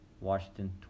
Washington